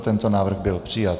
Tento návrh byl přijat.